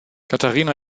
katharina